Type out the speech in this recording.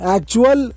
Actual